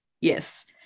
yes